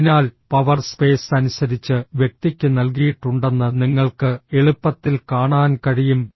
അതിനാൽ power space അനുസരിച്ച് വ്യക്തിക്ക് നൽകിയിട്ടുണ്ടെന്ന് നിങ്ങൾക്ക് എളുപ്പത്തിൽ കാണാൻ കഴിയും